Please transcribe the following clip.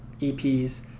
EPs